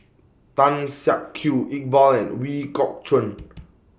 Tan Siak Kew Iqbal and Ooi Kok Chuen